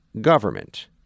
government